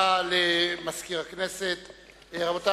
עסקה בעניין רכישת שירותי רפואה